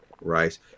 rice